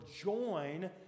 join